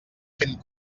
fent